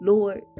Lord